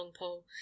longpole